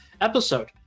episode